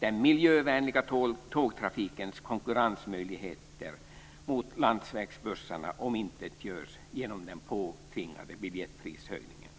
Den miljövänliga tågtrafikens konkurrensmöjligheter mot landsvägsbussarna omintetgörs genom den påtvingade biljettprishöjningen.